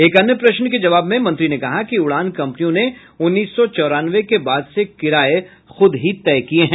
एक अन्य प्रश्न के जवाब में मंत्री ने कहा कि उड़ान कंपनियों ने उन्नीस सौ चौरानवे के बाद से किराये खुद ही तय किए हैं